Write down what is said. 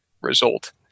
result